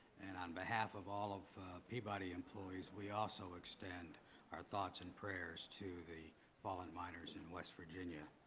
and on behalf of all of peabody employees, we also extend our thought and prayers to the fallen miners in west virginia.